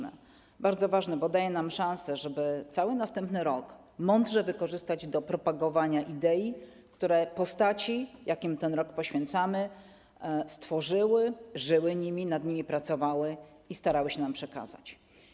Jest to bardzo ważne, bo daje nam szansę, żeby cały następny rok mądrze wykorzystać do propagowania idei, które te postaci, którym ten rok poświęcamy, stworzyły, żyły nimi, nad nimi pracowały i starały się nam przekazać.